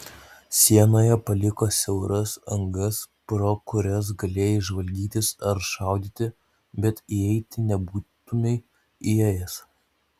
sienoje paliko siauras angas pro kurias galėjai žvalgytis ar šaudyti bet įeiti nebūtumei įėjęs